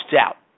out